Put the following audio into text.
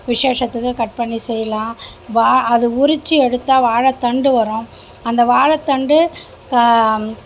விசேஷத்துக்கு கட் பண்ணி செய்யலாம் வா அது உரிச்சு எடுத்தால் வாழைத்தண்டு வரும் அந்த வாழைத்தண்டு